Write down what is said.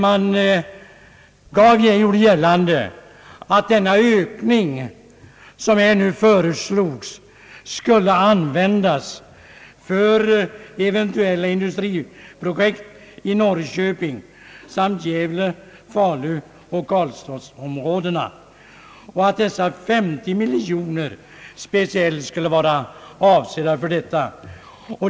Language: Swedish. Man gjorde där gällande att den nu föreslagna ökningen skulle användas för eventuella industriprojekt i Norrköping samt Gävle-, Faluoch Karlstadsområdena och att dessa 50 miljoner kronor speciellt skulle vara avsedda härför.